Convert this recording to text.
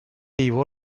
его